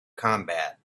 combat